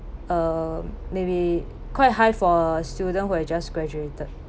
uh maybe quite high for student who had just graduated